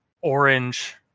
orange